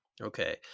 Okay